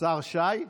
השר שי.